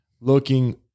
looking